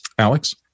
Alex